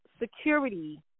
security